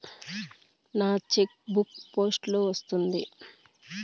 నా cheque book post లో వచ్చింది